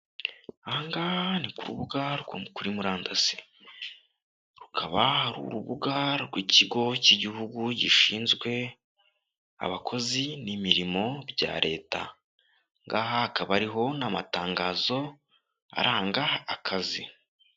Aha ngaha ni ku rubuga rwo kuri murandasi, rukaba ari urubuga rw'Ikigo cy'Igihugu gishinzwe abakozi n'imirimo bya leta, aha ngaha akaba ariho haba n'amatangazo aranga akazi.